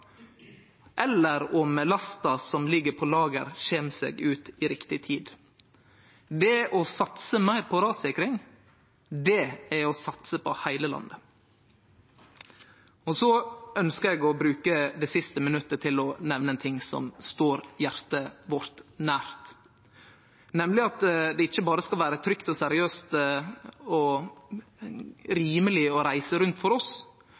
eller om lasta som ligg på lager, kjem seg ut i riktig tid. Det å satse meir på rassikring er å satse på heile landet. Eg ønskjer å bruke det siste minuttet til å nemne ein ting som står hjartet vårt nær, nemleg at det ikkje berre skal vere trygt, seriøst og rimeleg å reise rundt for oss,